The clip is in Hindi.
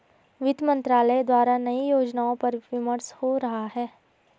वित्त मंत्रालय द्वारा नए योजनाओं पर विमर्श हो रहा है